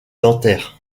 dentaire